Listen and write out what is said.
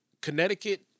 Connecticut